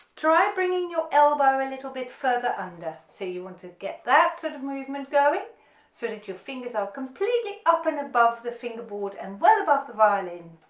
try bringing your elbow a little bit further under so you want to get that sort of movement going so that your fingers are completely up and above the fingerboard and well above the violin,